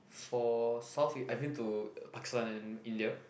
for South I went to Pakistan and India